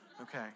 Okay